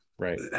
Right